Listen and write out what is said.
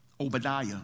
Obadiah